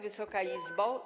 Wysoka Izbo!